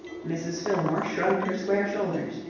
mrs. fillmore shrugged her square shoulders.